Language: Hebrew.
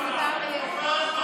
לא,